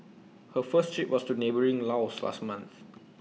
her first trip was to neighbouring Laos last month